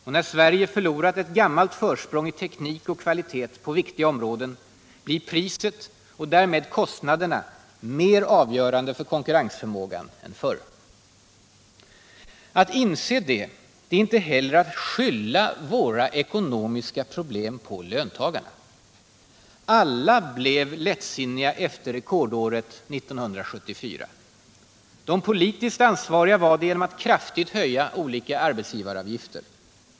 Och när Sverige förlorat ett gammalt försprång i teknik och kvalitet på viktiga områden blir priset och därmed kostnaderna mer avgörande för konkurrensförmågan än förr. Att inse det är inte heller att skylla våra ekonomiska problem på löntagarna. Alla blev lättsinniga efter rekordåret 1974. De politiskt ansvariga var det genom att kraftigt höja olika arbetsgivaravgifter.